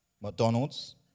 McDonald's